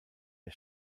der